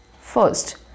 First